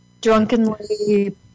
Drunkenly